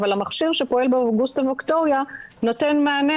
אבל המכשיר שפועל באוגוסטה ויקטוריה נותן מענה